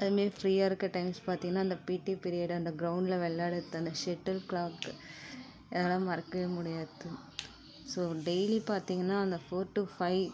அது மாரி ஃப்ரீயாக இருக்க டைம்ஸ் பார்த்திங்கன்னா அந்த பீட்டி பீரியட் அந்த கிரௌண்ட்ல விளாட்றது அந்த ஷெட்டில் கார்க் இதெல்லாம் மறக்கவே முடியாது ஸோ டெய்லி பார்த்திங்கன்னா அந்த ஃபோர் டூ ஃபைவ்